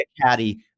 caddy